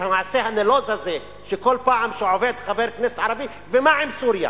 את המעשה הנלוז הזה שכל פעם שעובר חבר כנסת ערבי: ומה עם סוריה?